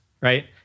right